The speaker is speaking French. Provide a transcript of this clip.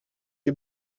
que